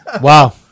Wow